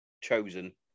chosen